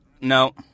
No